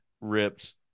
rips